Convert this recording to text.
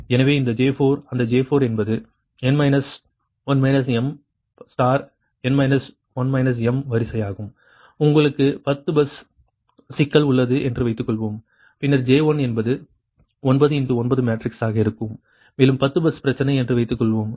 எனவே அந்த J4 அந்த J4 என்பது வரிசையாகும் உங்களுக்கு 10 பஸ் சிக்கல் உள்ளது என்று வைத்துக்கொள்வோம் பின்னர் J1 என்பது 9 9 மேட்ரிக்ஸாக இருக்கும் மேலும் 10 பஸ் பிரச்சனை என்று வைத்துக்கொள்வோம்